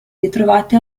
ritrovati